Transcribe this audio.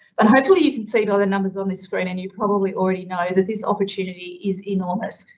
but hopefully you can see all the numbers on this screen and you probably already know that this opportunity is enormous.